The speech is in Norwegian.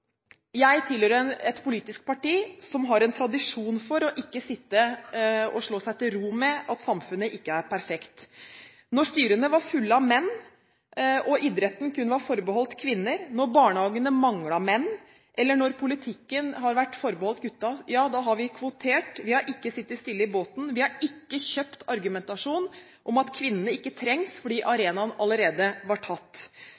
jeg tilhører et politisk parti som har tradisjon for ikke å sitte og slå seg til ro med at samfunnet ikke er perfekt. Da styrene var fulle av menn og idretten kun forbeholdt menn, da barnehagene manglet menn, eller da politikken var forbeholdt gutta, da kvoterte vi. Vi har ikke sittet stille i båten. Vi har ikke kjøpt argumentasjonen om at kvinnene ikke trengs fordi arenaen allerede var tatt.